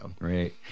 Right